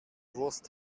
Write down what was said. wurst